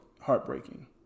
heartbreaking